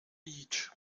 each